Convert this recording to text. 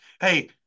Hey